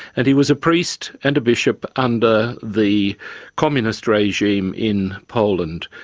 and he was a priest and a bishop under the communist regime in poland.